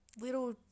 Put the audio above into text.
little